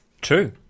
True